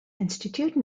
institute